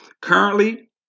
Currently